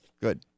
good